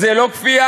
זה לא כפייה?